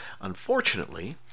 Unfortunately